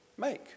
Make